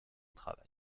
travail